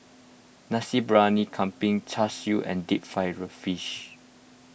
Nasi Briyani Kambing Char Siu and Deep Fried Fish